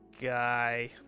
guy